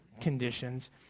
conditions